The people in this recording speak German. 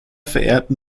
verehrten